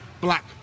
black